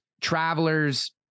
Travelers